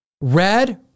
Red